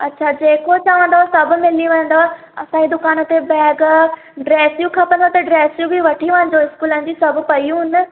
अच्छा जेको चवंदव सभु मिली वेंदव असांजी दुकान ते बैग ड्रैसियूं खपनिव त ड्रैसियूं बि वठी वञजो स्कूल जी सभ पेयूं आहिनि